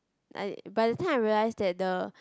like by the time I realise that the